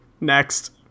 Next